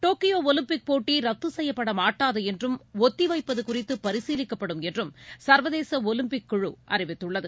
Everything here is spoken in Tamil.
டோக்கியோ ஒலிம்பிக் போட்டி ரத்து செய்யப்படமாட்டாது என்றும் ஒத்தி வைப்பது குறித்து பரிசீலிக்கப்படும் என்றும் சர்வதேச ஒலிம்பிக் குழு அறிவித்துள்ளது